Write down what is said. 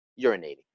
urinating